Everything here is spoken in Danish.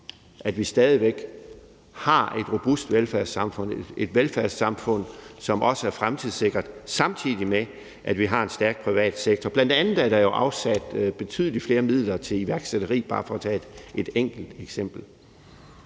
at vi stadig væk har et velfærdssamfund, som er robust, og som også er fremtidssikret, samtidig med at vi har en stærk privat sektor. Der er jo bl.a. afsat betydelig flere midler til iværksætteri, for bare at tage et enkelt eksempel.